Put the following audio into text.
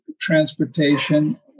transportation